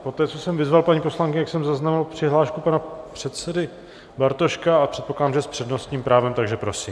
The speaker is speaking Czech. Poté, co jsem vyzval paní poslankyni, jsem zaznamenal přihlášku pana předsedy Bartoška, a předpokládám, že s přednostním právem, takže prosím.